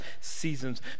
seasons